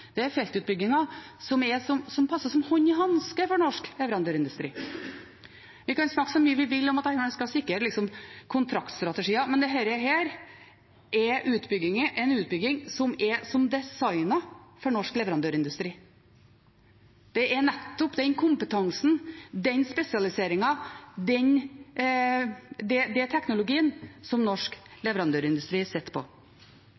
som passer som hånd i hanske for norsk leverandørindustri. Vi kan snakke så mye vi vil om at en skal sikre kontraktstrategier, men dette er en utbygging som er som designet for norsk leverandørindustri – det er nettopp den kompetansen, den spesialiseringen, den teknologien som norsk leverandørindustri sitter på. Det ligger også noen forventninger videre til oljeselskapene når det